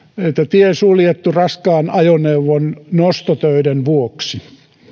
tie suljettu raskaan ajoneuvon nostotöiden vuoksi